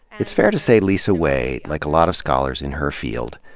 it's fair to say lisa wade, like a lot of scholars in her field,